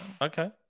Okay